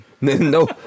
no